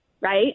right